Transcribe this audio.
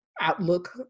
outlook